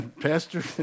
Pastor